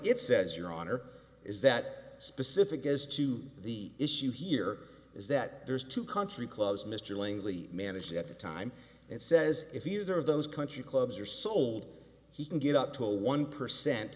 it says your honor is that specific as to the issue here is that there's two country clubs mr langley managed at the time and says if you there are those country clubs are sold he can get up to a one percent